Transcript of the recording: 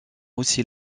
aussi